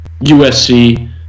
USC